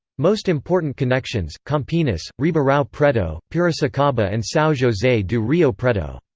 most important connections campinas, ribeirao preto, piracicaba and sao jose do rio preto.